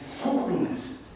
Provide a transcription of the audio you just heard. holiness